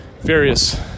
various